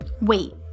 Wait